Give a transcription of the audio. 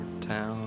town